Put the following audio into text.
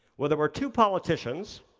well, there were two politicians,